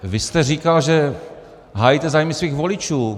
Vy jste říkal, že hájíte zájmy svých voličů.